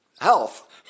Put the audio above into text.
health